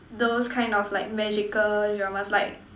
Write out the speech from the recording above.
those kind of like magical dramas like